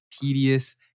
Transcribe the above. tedious